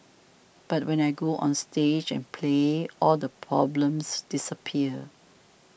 but when I go onstage and play all the problems disappear